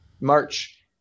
March